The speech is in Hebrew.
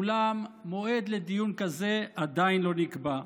אולם מועד לדיון כזה עדיין לא נקבע.